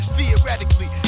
Theoretically